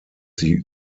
sie